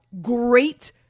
great